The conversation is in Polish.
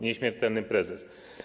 Nieśmiertelny prezes.